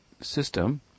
system